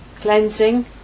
cleansing